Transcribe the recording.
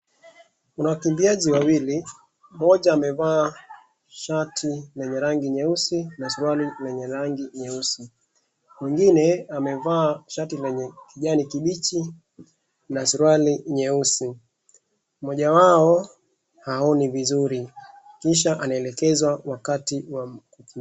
Kuna wakimbiaji wawili, mmoja amevaa shati lenye rangi nyeusi na suruali lenye rangi nyeusi. Mwingine amevaa shati lenye kijani kimbichi na suruali nyeusi. Mmoja wao haoni vizuri kisha anaelekezwa wakati wakukimbia.